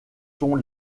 sont